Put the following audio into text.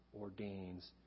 ordains